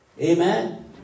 Amen